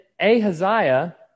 ahaziah